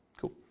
Cool